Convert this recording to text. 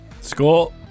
School